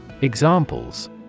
Examples